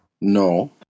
No